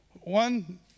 one